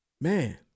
man